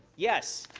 yes.